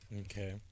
Okay